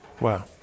Wow